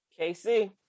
KC